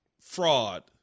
fraud